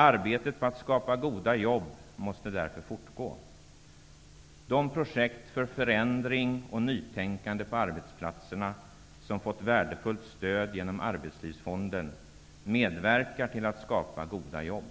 Arbetet med att skapa goda jobb måste därför fortgå. De projekt för förändring och nytänkande på arbetsplatserna som fått fullt stöd genom Arbetslivsfonden medverkar till att skapa goda jobb.